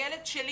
הילד שלי,